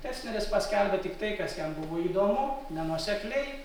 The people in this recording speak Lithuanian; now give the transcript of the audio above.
tecneris paskelbė tiktai kas jam buvo įdomu nenuosekliai